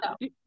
No